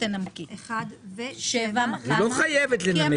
תנמקי את 2 עד 6. היא לא חייבת לנמק.